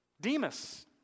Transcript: Demas